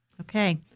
Okay